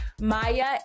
Maya